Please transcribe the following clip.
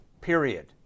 period